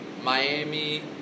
Miami